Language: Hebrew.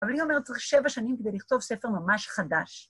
אבל היא אומרת, צריך שבע שנים כדי לכתוב ספר ממש חדש.